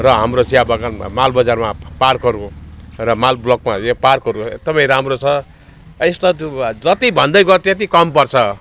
र हाम्रो चिया बगानमा माल बजारमा पार्कहरू र माल ब्लकमा यहाँ पार्कहरू एकदमै राम्रो छ यस्ता जति भन्दै गयो त्यति कम पर्छ